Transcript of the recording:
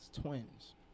twins